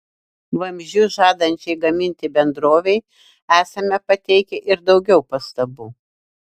vamzdžius žadančiai gaminti bendrovei esame pateikę ir daugiau pastabų